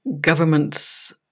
governments